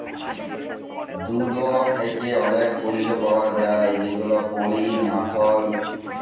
দুহুদ থ্যাকে অলেক পল্য পাউয়া যায় যেমল পলির, মাখল